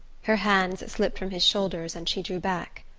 her hands slipped from his shoulders and she drew back.